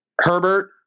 Herbert